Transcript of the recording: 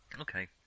Okay